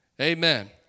Amen